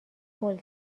هول